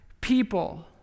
people